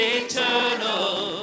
eternal